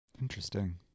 interesting